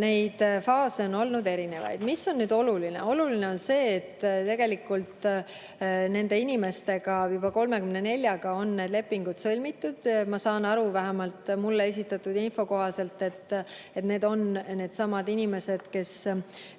Neid faase on olnud erinevaid. Mis on oluline? Oluline on see, et nende inimestega, juba 34-ga on need lepingud sõlmitud. Ma saan aru, vähemalt mulle esitatud info kohaselt, et need on needsamad inimesed, kes